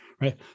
right